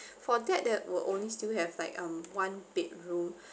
for that that will only still have like um one bedroom